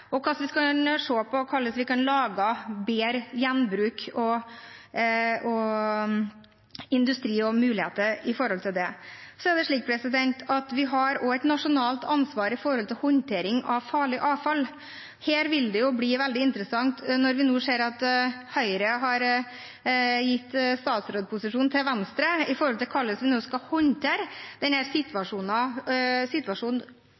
og hvordan vi kan få til bedre gjenbruk og industri og se på de mulighetene som ligger der. Så er det slik at vi også har et nasjonalt ansvar for håndtering av farlig avfall. Her vil det bli veldig interessant når Høyre har gitt statsrådposisjon til Venstre, å se på hvordan vi skal håndtere denne situasjonen